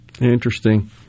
Interesting